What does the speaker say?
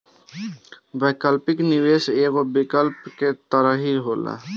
वैकल्पिक निवेश एगो विकल्प के तरही होला